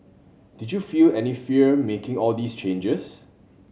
did you feel any fear making all these changes